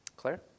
Claire